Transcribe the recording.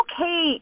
okay